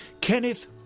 Kenneth